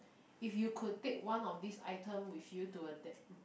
if you could take one of this item with you to a de~